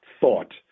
thought